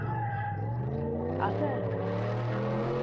হয় আছে হয়